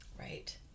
Right